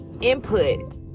input